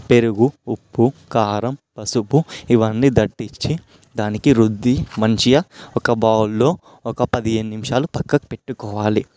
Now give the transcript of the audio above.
పెరుగు ఉప్పు కారం పసుపు ఇవన్నీ దట్టించి దానికి రుద్ది మంచిగా ఒక బౌల్లో ఒక పదిహేను నిమిషాలు పక్కకి పెట్టుకోవాలి